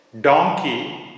donkey